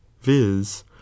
viz